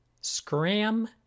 scram